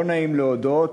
לא נעים להודות,